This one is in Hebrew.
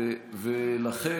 אה, נכון,